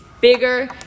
bigger